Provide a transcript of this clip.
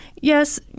Yes